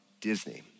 Disney